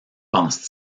pense